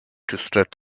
twisted